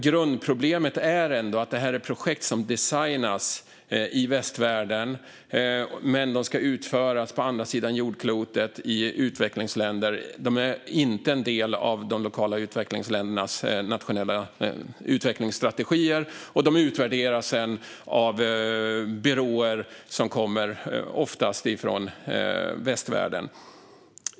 Grundproblemet är att detta är projekt som designas i västvärlden och som ska utföras i utvecklingsländer på andra sidan jordklotet. De är inte en del av de lokala utvecklingsländernas nationella utvecklingsstrategier - och de utvärderas sedan av byråer som oftast kommer från västvärlden.